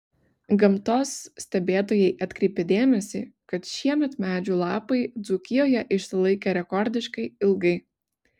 gamtos stebėtojai atkreipė dėmesį kad šiemet medžių lapai dzūkijoje išsilaikė rekordiškai ilgai